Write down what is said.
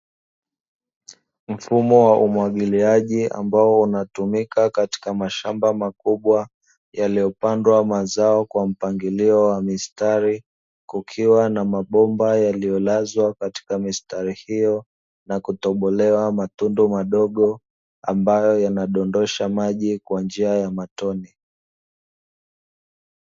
Mfumo wa umwagiliaji ambao unatumika katika mashamba makubwa, yaliyopandwa mazao kwa mpangilio wa mistari, kukiwa na mabomba yaliyolazwa katika mistari hiyo na kutobolewa matundu madogo, ambayo yanadondosha maji kwa njia ya matone.